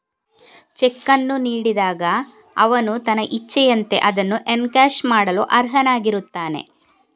check ಅನ್ನು ನೀಡಿದಾಗ ಅವನು ತನ್ನ ಇಚ್ಛೆಯಂತೆ ಅದನ್ನು ಎನ್ಕ್ಯಾಶ್ ಮಾಡಲು ಅರ್ಹನಾಗಿರುತ್ತಾನೆ